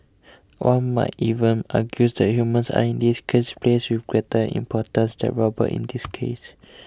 one might even argue that humans are in this case placed with greater importance robots in this case